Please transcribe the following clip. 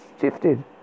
shifted